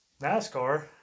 NASCAR